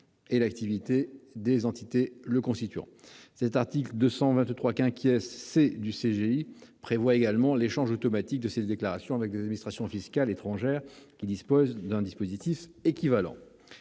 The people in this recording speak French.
et l'activité des entités les constituant. L'article 223 C du code général des impôts prévoit également l'échange automatique de ces déclarations avec les administrations fiscales étrangères dotées d'un dispositif équivalent.